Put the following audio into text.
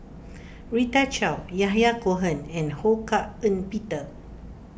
Rita Chao Yahya Cohen and Ho Hak Ean Peter